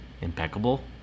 impeccable